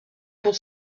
pour